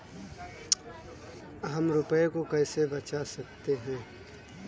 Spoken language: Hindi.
हम रुपये को कैसे बचा सकते हैं?